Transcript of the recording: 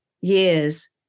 years